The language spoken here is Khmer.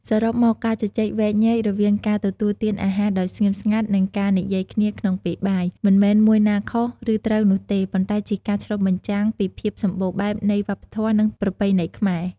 សរុបមក ការជជែកវែកញែករវាងការទទួលទានអាហារដោយស្ងៀមស្ងាត់ និងការនិយាយគ្នាក្នុងពេលបាយ មិនមែនមួយណាខុស ឬត្រូវនោះទេ ប៉ុន្តែជាការឆ្លុះបញ្ចាំងពីភាពសម្បូរបែបនៃវប្បធម៌ និងប្រពៃណីខ្មែរ។